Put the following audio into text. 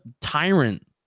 tyrant